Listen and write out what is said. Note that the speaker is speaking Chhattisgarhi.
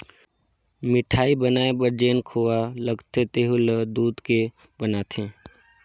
मिठाई बनाये बर जेन खोवा लगथे तेहु ल दूद के बनाथे